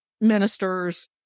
ministers